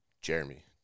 Jeremy